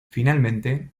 finalmente